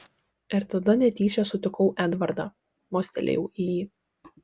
ir tada netyčia sutikau edvardą mostelėjau į jį